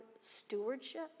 stewardship